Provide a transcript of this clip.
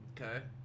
Okay